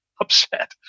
upset